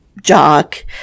jock